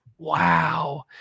Wow